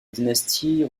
dynastie